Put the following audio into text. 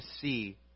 see